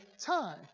time